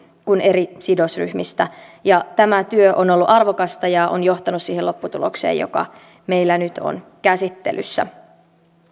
kuin eri sidosryhmistäkin tämä työ on ollut arvokasta ja on johtanut siihen lopputulokseen joka meillä nyt on käsittelyssä